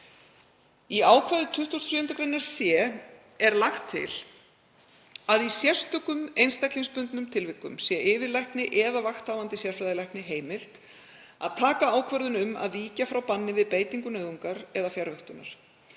Í ákvæðum 27. gr. c er lagt til að í sérstökum einstaklingsbundnum tilvikum sé yfirlækni eða vakthafandi sérfræðilækni heimilt að taka ákvörðun um að víkja frá banni við beitingu nauðungar eða fjarvöktunar.